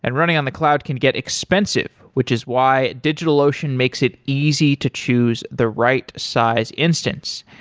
and running on the cloud can get expensive, which is why digitalocean makes it easy to choose the right size instance.